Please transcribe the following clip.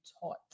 taught